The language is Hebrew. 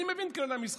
אני מבין את כללי המשחק.